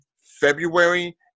February